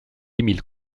emile